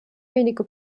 wenige